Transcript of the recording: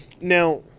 Now